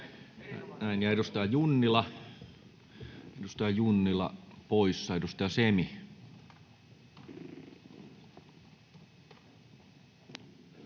Näin. — Edustaja Junnila poissa. — Edustaja Semi.